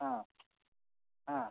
ಹಾಂ ಹಾಂ